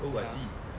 ya